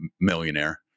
millionaire